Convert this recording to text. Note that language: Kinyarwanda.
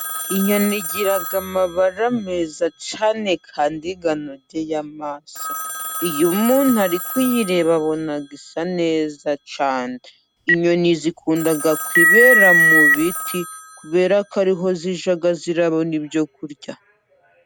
Inyoni igira amabara meza cyane, kandi anogeye amaso, iyo umutu ari kuyireba abona isa neza cyane. Inyoni zikunda kwibera mu biti kubera ko ariho zijya zirabona ibyo kurya.